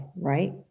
right